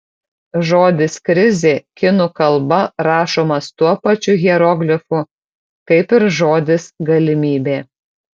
žodis krizė kinų kalba rašomas tuo pačiu hieroglifu kaip ir žodis galimybė